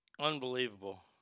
Unbelievable